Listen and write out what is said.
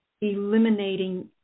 Eliminating